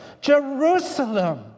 Jerusalem